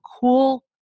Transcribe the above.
cool